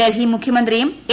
ഡൽഹി മുഖ്യമന്ത്രിയും എ